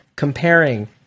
Comparing